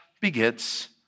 begets